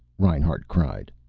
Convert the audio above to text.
reinhart cried.